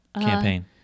campaign